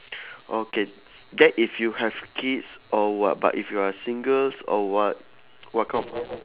okay that if you have kids or what but if you are singles or what what kind of